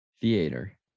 theater